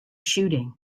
shooting